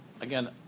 again